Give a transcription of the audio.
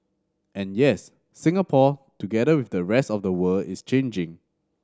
and yes Singapore together with the rest of the world is changing